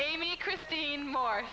amy christine more